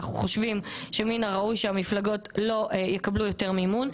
אנחנו חושבים שמן הראוי שהמפלגות לא יקבלו יותר מימון.